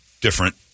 different